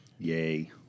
Yay